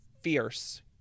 fierce